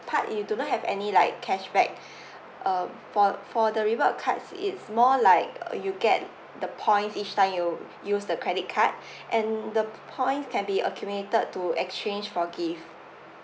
part you do not have any like cashback uh for for the reward cards it's more like you get the points each time you use the credit card and the points can be accumulated to exchange for gift